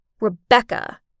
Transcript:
Rebecca